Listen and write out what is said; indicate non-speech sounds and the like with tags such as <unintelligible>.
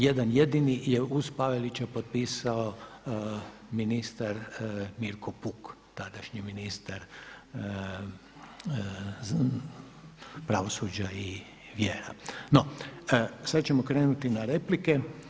Jedan jedini je uz Pavelića potpisao ministar Mirko Puk, tadašnji ministar pravosuđa i … <unintelligible> No, sada ćemo krenuti na replike.